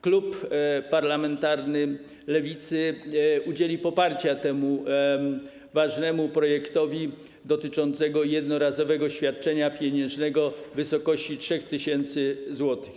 Klub parlamentarny Lewicy udzieli poparcia temu ważnemu projektowi, dotyczącemu jednorazowego świadczenia pieniężnego w wysokości 3 tys. zł.